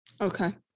Okay